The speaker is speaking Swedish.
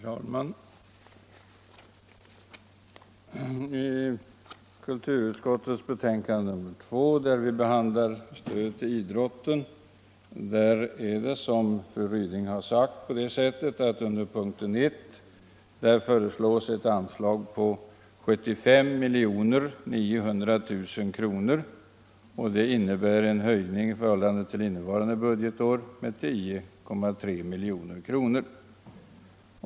Herr talman! I kulturutskottets betänkande nr 2, där vi behandlar stöd till idrotten, föreslås, som fru Ryding har sagt, under punkten 1 ett anslag på 75 900 000 kr., vilket innebär en ökning i förhållande till innevarande budgetår med 10,3 milj.kr.